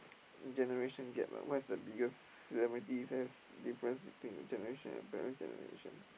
generation gap ah what is the biggest similarities and difference between your generation and your parents' generation